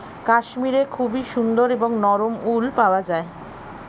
কাশ্মীরে খুবই সুন্দর এবং নরম উল পাওয়া যায়